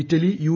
Italy U